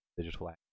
digital